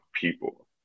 people